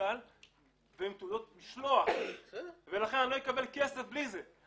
אני לא אוכל לקבל כסף בלי זה.